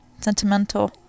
sentimental